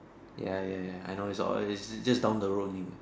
ya ya ya I know it's all it's just down the road only what